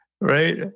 right